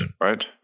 right